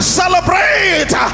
celebrate